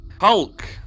Hulk